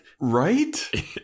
right